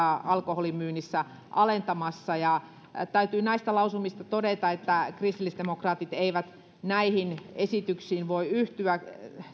alkoholimyynnissä alentamassa täytyy näistä lausumista todeta että kristillisdemokraatit eivät näihin esityksiin voi yhtyä